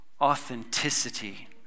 authenticity